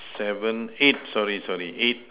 seven eight sorry sorry eight